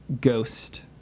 ghost